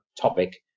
topic